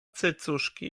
cycuszki